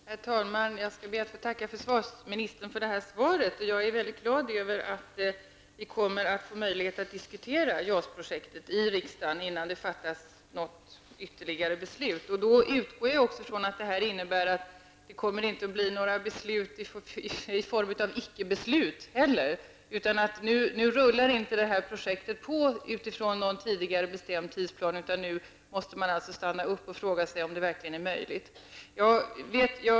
Herr talman! Jag skall be att få tacka försvarsministern för svaret. Jag är väldigt glad över att vi kommer att få möjlighet att diskutera JAS-projektet i riksdagen, innan det fattas några nya beslut. Då utgår jag från att det innebär att det inte kommer att fattas några beslut i form av ickebeslut heller. Nu rullar inte projektet på utifrån någon tidigare bestämd tidsplan, utan nu måste man verkligen stanna upp och fråga sig om det hela är möjligt.